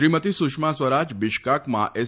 શ્રીમતી સુષ્મા સ્વરાજ બીશ્કાકમાં એસ